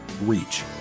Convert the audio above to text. reach